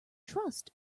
trust